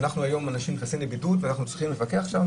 אנשים נכנסים לבידוד ואנחנו צריכים לפקח שם,